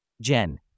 Jen